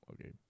okay